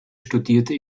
studierte